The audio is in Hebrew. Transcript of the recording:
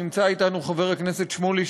נמצא אתנו חבר הכנסת שמולי,